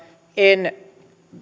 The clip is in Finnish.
en